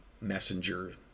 Messenger